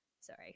sorry